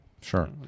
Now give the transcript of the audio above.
sure